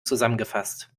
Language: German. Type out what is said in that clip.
zusammengefasst